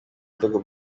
ibitego